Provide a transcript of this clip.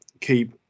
keep